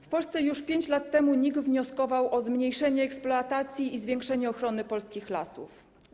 W Polsce już 5 lat temu NIK wnioskował o zmniejszenie eksploatacji i zwiększenie ochrony polskich lasów.